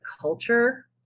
culture